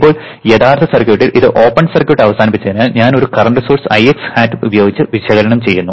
ഇപ്പോൾ യഥാർത്ഥ സർക്യൂട്ടിൽ ഇത് ഓപ്പൺ സർക്യൂട്ടിൽ അവസാനിപ്പിച്ചതിനാൽ ഞാൻ ഒരു കറന്റ് സോഴ്സ് Ix hat പ്രയോഗിച്ച് വിശകലനം ചെയ്യും